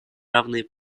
равные